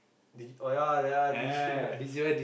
Digi~ oh ya ya Digirise